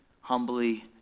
humbly